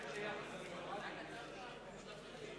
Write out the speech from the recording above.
יעקב אדרי לסעיף 03, חברי ממשלה,